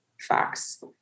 Facts